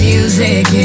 Music